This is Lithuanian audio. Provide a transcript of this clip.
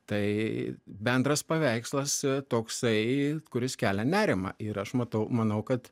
tai bendras paveikslas toksai kuris kelia nerimą ir aš matau manau kad